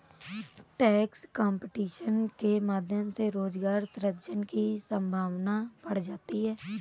tax competition के माध्यम से रोजगार सृजन की संभावना बढ़ जाती है